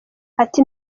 ati